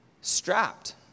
strapped